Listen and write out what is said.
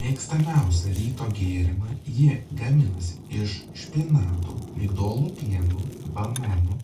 mėgstamiausią ryto gėrimą ji gaminasi iš špinatų migdolų pieno banano